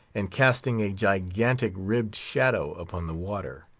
and casting a gigantic ribbed shadow upon the water.